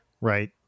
right